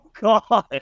God